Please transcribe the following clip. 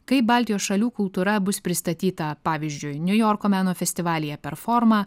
kaip baltijos šalių kultūra bus pristatyta pavyzdžiui niujorko meno festivalyje performa